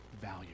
value